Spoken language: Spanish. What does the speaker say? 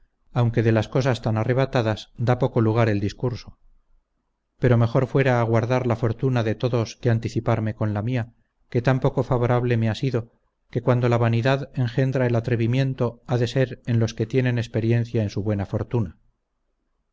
aunque de las cosas tan arrebatadas da poco lugar el discurso pero mejor fuera aguardar la fortuna de todos que anticiparme con la mía que tan poco favorable me ha sido que cuando la vanidad engendra el atrevimiento ha de ser en los que tienen experiencia en su buena fortuna